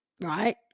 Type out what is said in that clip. right